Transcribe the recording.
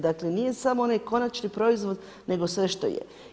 Dakle, nije samo onaj konačni proizvod nego sve što je.